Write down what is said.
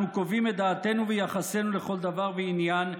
קובעים את דעתנו ויחסנו לכל דבר ועניין,